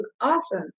awesome